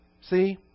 see